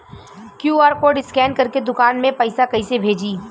QR code scan करके दुकान में पैसा कइसे भेजी?